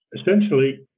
Essentially